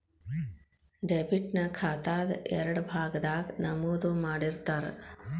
debit ನ ಖಾತಾದ್ ಎಡಭಾಗದಾಗ್ ನಮೂದು ಮಾಡಿರ್ತಾರ